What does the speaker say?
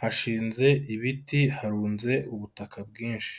hashinze ibiti, harunze ubutaka bwinshi.